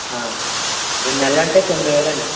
రెండు నెలలు అంటే తొమ్మిది వేలు అండి